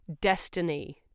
destiny